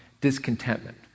discontentment